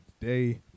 today